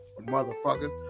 motherfuckers